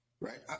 Right